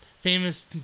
famous